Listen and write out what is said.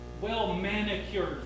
Well-manicured